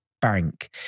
bank